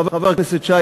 חבר הכנסת שי,